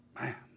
Man